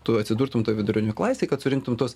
tu atsidurtum toj vidurinių klasėj kad surinktum tuos